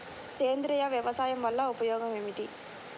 సేంద్రీయ వ్యవసాయం వల్ల ఉపయోగం ఏమిటి?